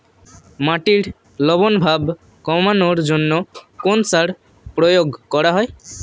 মাটির লবণ ভাব কমানোর জন্য কোন সার প্রয়োগ করা হয়?